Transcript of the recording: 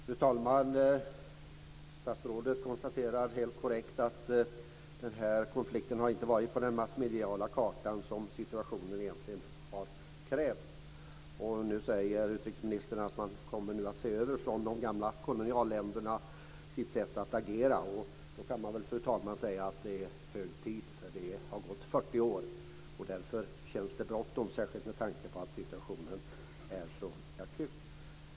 Fru talman! Statsrådet konstaterar helt korrekt att konflikten inte har varit på den massmediala kartan på det sätt som situationen har krävt. Nu säger utrikesministern att man från de gamla kolonialländerna kommer att se över sitt sätt att agera. Det är hög tid, fru talman. Det har gått 40 år. Därför känns det bråttom, särskilt med tanke på att situationen är så akut.